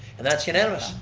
and that's unanimous,